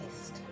list